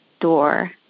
door